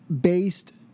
based